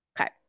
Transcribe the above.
Okay